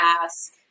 ask